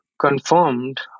confirmed